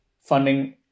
funding